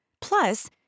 Plus